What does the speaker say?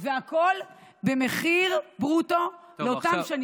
והכול במחיר ברוטו לאותן שנים,